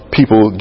people